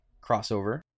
crossover